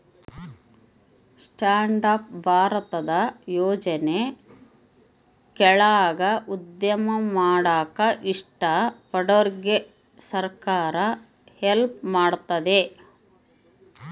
stand up ಭಾರತದ ಯೋಜನೆ ಕೆಳಾಗ ಉದ್ಯಮ ಮಾಡಾಕ ಇಷ್ಟ ಪಡೋರ್ಗೆ ಸರ್ಕಾರ ಹೆಲ್ಪ್ ಮಾಡ್ತತೆ